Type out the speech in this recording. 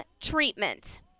treatment